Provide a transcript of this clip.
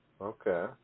Okay